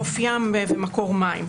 חוף ים ומקור מים.